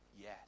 Yes